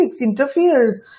interferes